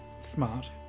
smart